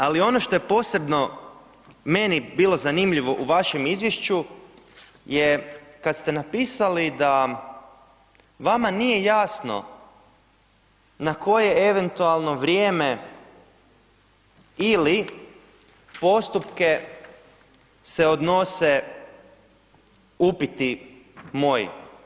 Ali ono što je posebno meni bilo zanimljivo u vašem izvješću je kad ste napisali da vama nije jasno na koje eventualno vrijeme ili postupke se odnose upiti moji.